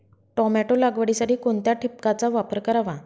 Tomato लागवडीसाठी कोणत्या ठिबकचा वापर करावा?